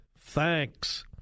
thanks